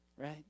right